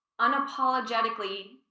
unapologetically